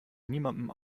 niemandem